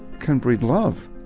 can breed love,